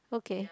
okay